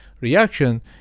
reaction